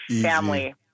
family